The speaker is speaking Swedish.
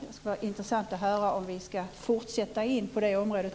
Det skulle vara intressant att höra om vi ska fortsätta in också på det området.